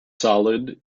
solid